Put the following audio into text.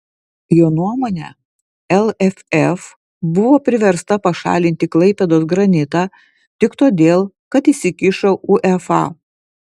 jo nuomone lff buvo priversta pašalinti klaipėdos granitą tik todėl kad įsikišo uefa